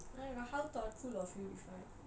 !aiyo! how thoughtful of you irfan